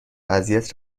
اذیت